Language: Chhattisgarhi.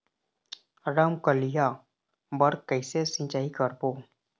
रमकलिया बर कइसे सिचाई करबो?